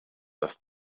dass